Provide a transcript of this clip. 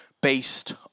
based